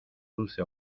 dulce